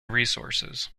resources